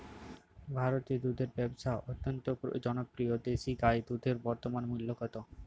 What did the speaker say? ভারতে দুধের ব্যাবসা অত্যন্ত জনপ্রিয় দেশি গাই দুধের বর্তমান মূল্য কত?